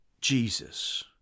Jesus